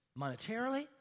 monetarily